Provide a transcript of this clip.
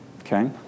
Okay